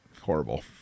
horrible